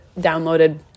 downloaded